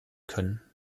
können